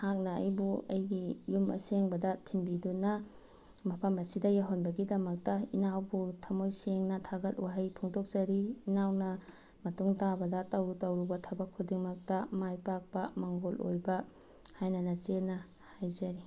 ꯅꯍꯥꯛꯅ ꯑꯩꯕꯨ ꯑꯩꯒꯤ ꯌꯨꯝ ꯑꯁꯦꯡꯕꯗ ꯊꯤꯟꯕꯤꯗꯨꯅ ꯃꯐꯝ ꯑꯁꯤꯗ ꯌꯧꯍꯟꯕꯒꯤꯗꯃꯛꯇ ꯏꯅꯥꯎꯕꯨ ꯊꯃꯣꯏ ꯁꯦꯡꯅ ꯊꯥꯒꯠ ꯋꯥꯍꯩ ꯐꯣꯡꯗꯣꯛꯆꯔꯤ ꯏꯅꯥꯎꯅ ꯃꯇꯨꯡ ꯇꯥꯕꯗ ꯇꯧꯔꯨ ꯇꯧꯔꯨ ꯊꯕꯛ ꯈꯨꯗꯤꯡꯃꯛꯇ ꯃꯥꯏꯄꯥꯛꯄ ꯃꯪꯒꯣꯜ ꯑꯣꯏꯕ ꯍꯥꯏꯅ ꯅꯆꯦꯅ ꯍꯥꯏꯖꯔꯤ